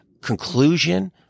conclusion